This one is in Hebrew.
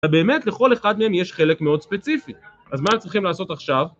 ובאמת לכל אחד מהם יש חלק מאוד ספציפי, אז מה הם צריכים לעשות עכשיו?